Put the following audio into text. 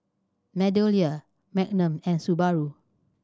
MeadowLea Magnum and Subaru